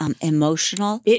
emotional